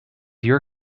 your